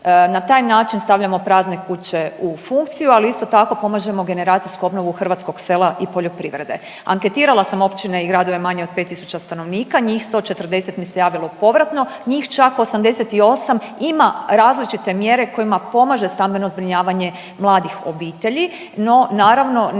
Na taj način stavljamo prazne kuće u funkciju, ali isto tako pomažemo generacijsku obnovu hrvatskog sela i poljoprivrede. Anketirala sam općine i gradove manje od 5000 stanovnika, njih 140 mi se javilo povratno, njih čak 88 ima različite mjere kojima pomaže stambeno zbrinjavanje mladih obitelji, no naravno, nema